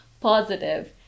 positive